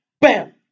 Bam